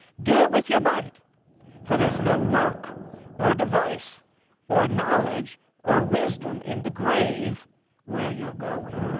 do it with your might for there is no work or device or knowledge or wisdom in the grave where you are going.